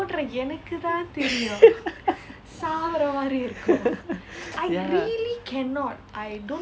ya